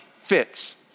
fits